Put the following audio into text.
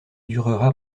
durera